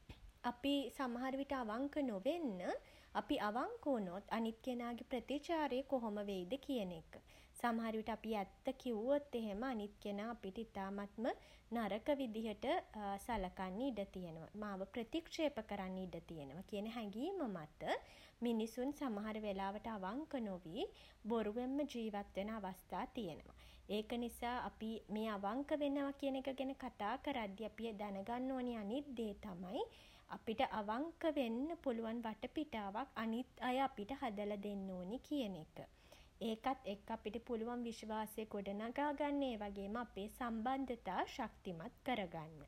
අපි සමහරවිට අවංක නොවෙන්න අපි අවංක වුණොත් අනිත් කෙනාගේ ප්‍රතිචාරය කොහොම වෙයිද කියන එක. සමහර විට අපි ඇත්ත කිව්වොත් එහෙම අනිත් කෙනා අපිට ඉතාමත්ම නරක විදිහට සලකන්න ඉඩ තියෙනවා. මාව ප්‍රතික්ෂේප කරන්න ඉඩ තියෙනවා කියන හැඟීම මත මිනිසුන් සමහර වෙලාවට අවංක නොවී බොරුවෙන්ම ජීවත් වෙන අවස්ථා තියෙනවා. ඒක නිසා අපි මේ අවංක වෙනවා කියන එක ගැන කතා කරද්දි අපි දැනගන්න ඕන අනිත් දේ තමයි අපිට අවංක වෙන්න පුළුවන් වටපිටාවක් අනිත් අය අපිට හදලා දෙන්න ඕනේ කියන එක. ඒකත් එක්ක අපිට පුළුවන් විශ්වාසය ගොඩ නගා ගන්න. ඒ වගේම අපේ සම්බන්ධතා ශක්තිමත් කරගන්න.